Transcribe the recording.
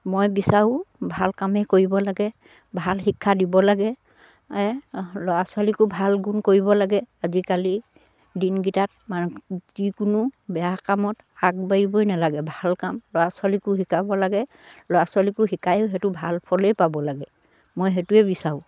মই বিচাৰোঁ ভাল কামেই কৰিব লাগে ভাল শিক্ষা দিব লাগে ল'ৰা ছোৱালীকো ভাল গুণ কৰিব লাগে আজিকালি দিনকিটাত মানে যিকোনো বেয়া কামত আগবাঢ়িবই নেলাগে ভাল কাম ল'ৰা ছোৱালীকো শিকাব লাগে ল'ৰা ছোৱালীকো শিকায়ো সেইটো ভাল ফলেই পাব লাগে মই সেইটোৱে বিচাৰোঁ